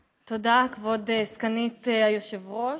תודה, כבוד סגנית היושב-ראש.